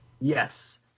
Yes